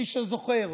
מי שזוכר.